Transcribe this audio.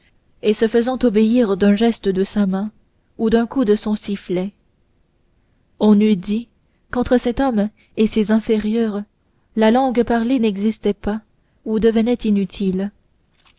et se faisant obéir d'un geste de sa main ou d'un coup de son sifflet on eût dit qu'entre cet homme et ses inférieurs la langue parlée n'existait pas ou devenait inutile